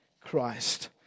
Christ